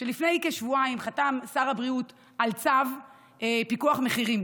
שלפני כשבועיים חתם שר הבריאות על צו פיקוח מחירים